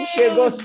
Chegou